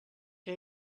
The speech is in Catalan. que